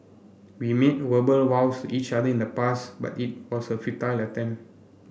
we made verbal vows each other in the past but it was a futile attempt